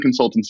consultancy